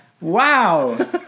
Wow